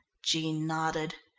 jean nodded.